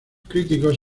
críticos